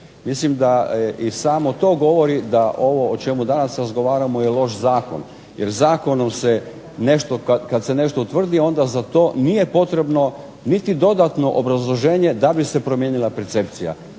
Mislim da i samo to govori da ovo o čemu danas razgovaramo je loš zakon, jer zakonom kad se nešto utvrdi onda za to nije potrebno niti dodatno obrazloženje da bi se promijenila percepcija.